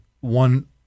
one